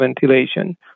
ventilation